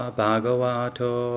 bhagavato